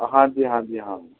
ਹਾਂਜੀ ਹਾਂਜੀ ਹਾਂ